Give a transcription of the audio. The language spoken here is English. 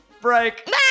Break